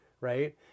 right